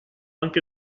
anche